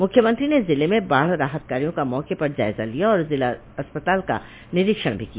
मुख्यमंत्री ने जिले में बाढ़ राहत कार्यो का मौके पर जायजा लिया और जिला अस्पताल का निरीक्षण भी किया